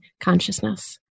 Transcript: consciousness